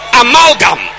amalgam